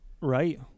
right